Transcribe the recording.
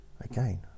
again